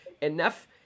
enough